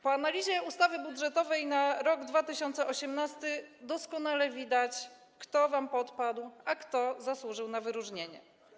Po analizie ustawy budżetowej na rok 2018 doskonale widać, kto wam podpadł, a kto zasłużył na wyróżnienie.